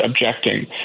objecting